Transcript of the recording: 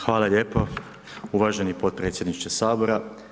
Hvala lijepo uvaženi potpredsjedniče Sabora.